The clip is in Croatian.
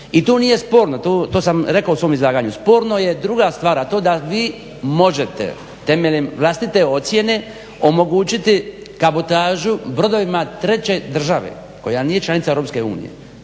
i to nije sporno. To sam rekao u svom izlaganju. Sporno je druga stvar, a to da vi možete temeljem vlastite ocjene omogućiti kabotažu brodovima treće države koja nije članica EU. To je